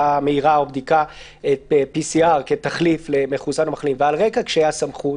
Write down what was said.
מהירה או בדיקת PCR כתחליף למחוסן או מחלים ועל רקע קשיי הסמכות